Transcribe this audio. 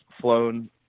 flown